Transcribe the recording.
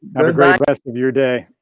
have a great rest of your day.